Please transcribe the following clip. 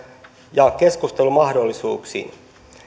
ja keskustelumahdollisuuksia